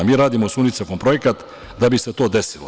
Mi radimo sa UNICEF projekat da bi se to desilo.